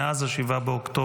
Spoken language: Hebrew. מאז 7 באוקטובר,